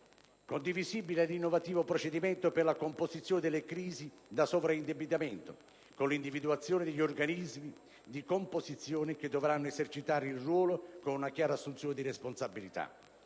Condivisibile è l'innovativo procedimento per la composizione delle crisi da sovraindebitamento, con l'individuazione di organismi di composizione che dovranno esercitare il ruolo con una chiara assunzione di responsabilità.